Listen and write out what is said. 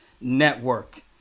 Network